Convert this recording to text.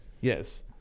Yes